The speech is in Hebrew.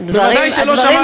וודאי שלא שמעתי,